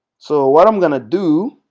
so what i'm going to do.